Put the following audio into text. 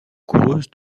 coureuse